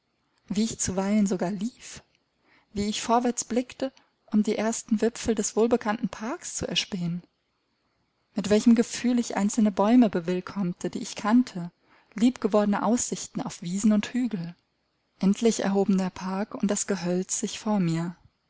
wie ich zuweilen sogar lief wie ich vorwärts blickte um die ersten wipfel des wohlbekannten parks zu erspähen mit welchem gefühl ich einzelne bäume bewillkommte die ich kannte liebgewordene aussichten auf wiesen und hügel endlich erhoben der park und das gehölz sich vor mir